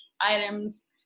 items